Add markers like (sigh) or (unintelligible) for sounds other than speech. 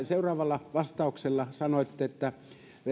(unintelligible) seuraavalla vastauksella sanoitte että